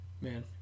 Man